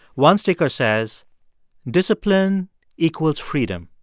one sticker says discipline equals freedom.